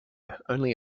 only